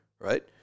right